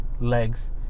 legs